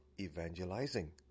evangelizing